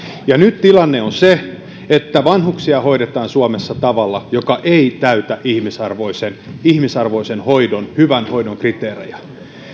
ja nyt tilanne on se että vanhuksia hoidetaan suomessa tavalla joka ei täytä ihmisarvoisen ihmisarvoisen hyvän hoidon kriteerejä